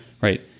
right